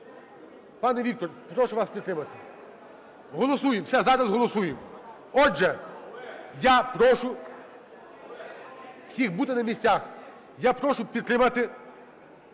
Пане Віктор, прошу вас підтримати. Голосуємо, все, зараз голосуємо. Отже, я прошу всіх бути на місцях. Я прошу підтримати